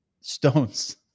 stones